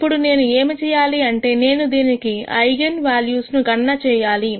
ఇప్పుడు నేను ఏమి చేయాలి అంటే నేను దీనికి ఐగన్ వాల్యూస్ ను గణన చేయాలి